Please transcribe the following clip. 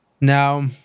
Now